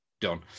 done